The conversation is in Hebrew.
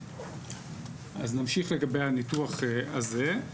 אז נמשיך לגבי הניתוח הזה.